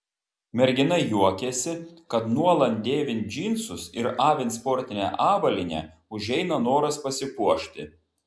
mergina juokiasi kad nuolat dėvint džinsus ir avint sportinę avalynę užeina noras pasipuošti